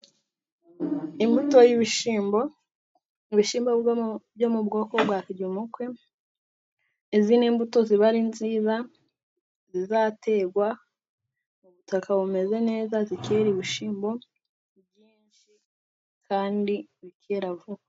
Imbuto y'ibishyimbo, ibishyimbo byo mu bwoko bwa kiryumukwe, izi ni mbuto ziba ari nziza zizaterwa mu butaka bumeze neza zikera ibishyimbo byinshi kandi bikera vuba.